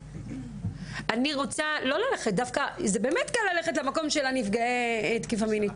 זה קל ללכת למקום של נפגעי תקיפה מינית,